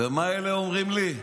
ומה אלה אומרים לי?